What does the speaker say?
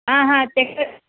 आं हां ताका